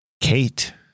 Kate